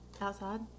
Outside